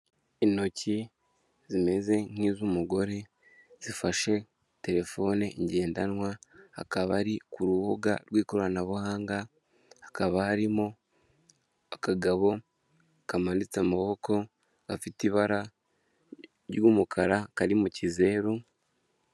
Intoki zimeze nk'iz'umugore zifashe telefone ngendanwa, akaba ari ku rubuga rw'ikoranabuhanga, hakaba harimo akagabo kamanitse amaboko gafite ibara ry'umukara kari mu kizeru.